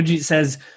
says